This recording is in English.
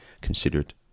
considered